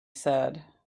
said